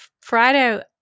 Friday